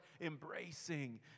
embracing